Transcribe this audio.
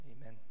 amen